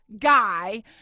guy